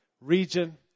region